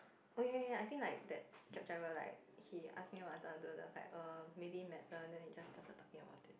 oh ya ya ya I think like that grab driver like he asked me what I wanted to do then I was like err maybe medicine then we just started talking about it